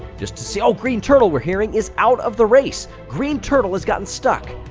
just to see oh green turtle, we're hearing, is out of the race! green turtle has gotten stuck.